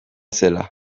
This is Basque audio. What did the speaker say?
zela